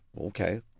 okay